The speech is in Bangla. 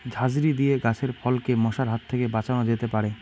ঝাঁঝরি দিয়ে গাছের ফলকে মশার হাত থেকে বাঁচানো যেতে পারে?